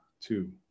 two